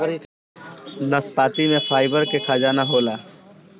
नाशपाती में फाइबर के खजाना होला